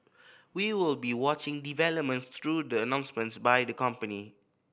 we will be watching developments through the announcements by the company